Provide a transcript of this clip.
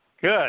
Good